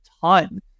ton